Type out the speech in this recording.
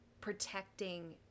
protecting